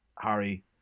Harry